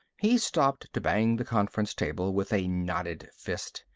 he stopped to bang the conference table with a knotted fist.